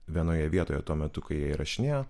vienoje vietoje tuo metu kai jie įrašinėjo